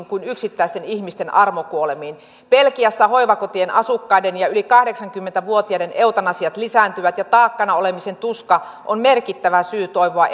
kuin yksittäisten ihmisten armokuolemiin belgiassa hoivakotien asukkaiden ja yli kahdeksankymmentä vuotiaiden eutanasiat lisääntyvät ja taakkana olemisen tuska on merkittävä syy toivoa